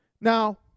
Now